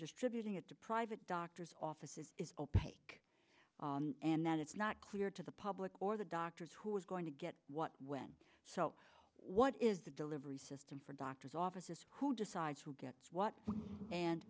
distributing it to private doctors offices is opaque and that it's not clear to the public or the doctors who is going to get what when so what is the delivery system for doctors offices who decides who gets what and